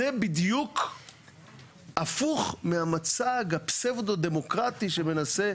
זה בדיוק הפוך מהמצג הפאסדו-דמוקרטי שמנסה,